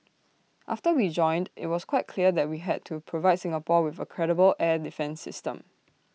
after we joined IT was quite clear that we had to provide Singapore with A credible air defence system